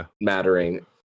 mattering